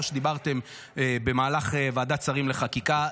שדיברתם עליו במהלך ועדת שרים לחקיקה,